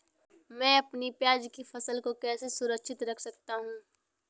मैं अपनी प्याज की फसल को कैसे सुरक्षित रख सकता हूँ?